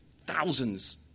thousands